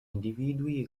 individui